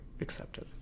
accepted